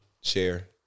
share